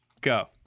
Go